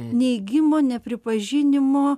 neigimo nepripažinimo